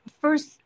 first